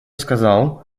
сказал